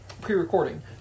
pre-recording